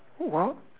what